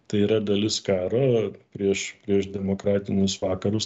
tai yra dalis karo prieš prieš demokratinius vakarus